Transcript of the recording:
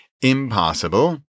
Impossible